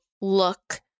look